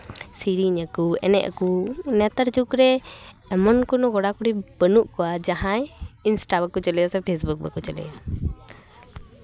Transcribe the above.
ᱥᱮᱨᱮᱧ ᱟᱠᱚ ᱮᱱᱮᱡ ᱟᱠᱚ ᱱᱮᱛᱟᱨ ᱡᱩᱜᱽ ᱨᱮ ᱮᱢᱚᱱ ᱠᱳᱱᱳ ᱠᱚᱲᱟᱼᱠᱩᱲᱤ ᱵᱟᱹᱱᱩᱜ ᱠᱚᱣᱟ ᱡᱟᱦᱟᱸᱭ ᱤᱱᱥᱴᱟ ᱠᱚᱠᱚ ᱪᱟᱹᱞᱩᱭᱟ ᱥᱮ ᱯᱷᱮᱥᱵᱩᱠ ᱵᱟᱠᱚ ᱪᱟᱹᱞᱩᱭᱟ